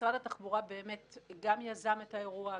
משרד התחבורה באמת גם יזם את האירוע,